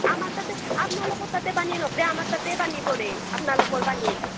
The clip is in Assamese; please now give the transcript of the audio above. আমাৰ তাতে আপ্নালোকৰ তাতে পানী নপ্ৰে আমাৰ তাতে পৰে আপ্নালোকৰ পানী